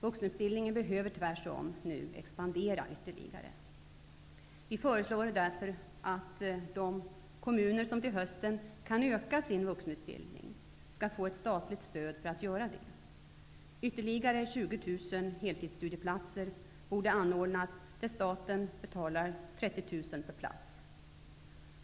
Vuxenutbildningen behöver tvärtom nu expandera ytterligare. Vi föreslår därför att de kommuner som till hösten kan öka sin vuxenutbildning skall få statligt stöd för att göra det. Ytterligare 20 000 heltidssstudieplatser borde anordnas där staten betalar 30 000 per plats.